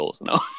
no